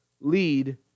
lead